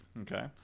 Okay